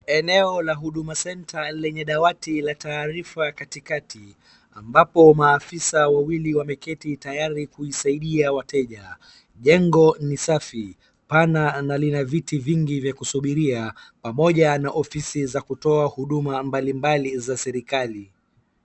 Eneo la Huduma Centre lenye dawati la taarifa katikati, ambapo maafisa wawili wameketi tayari kuisaidia wateja. Jengo ni safi, pana na lina viti vingi vya kusubiria pamoja na ofisi za kutoa huduma mbali mbali za serikali.